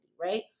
right